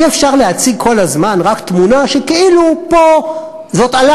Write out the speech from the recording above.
אי-אפשר להציג כל הזמן כאילו פה אלסקה,